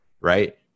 right